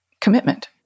commitment